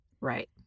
right